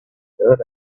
dirt